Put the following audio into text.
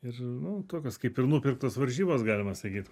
ir nu tokios kaip ir nupirktos varžybos galima sakyt